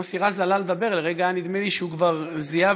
כשמוסי רז עלה לדבר לרגע היה נדמה לי שהוא כבר זיהה